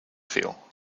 feel